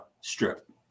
strip